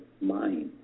mind